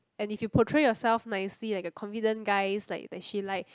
and if you portray yourself nicely like a confident guys like that she like